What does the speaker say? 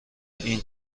این